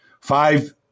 five